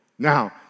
Now